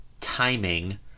timing